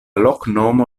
loknomo